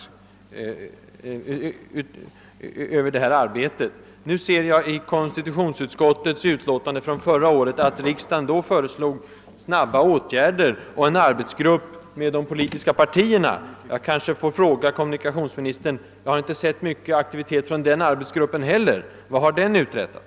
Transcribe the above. I konstitutionsutskottets utlåtande i frågan från förra året ser jag att riksdagen då föreslog snabba åtgärder och en arbetsgrupp med representanter för de politiska partierna. Jag kanske får fråga kommunikationsministern — ty jag har inte sett mycken aktivitet från den arbetsgruppen heller — vad den har uträttat.